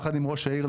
יחד עם ראש העיר,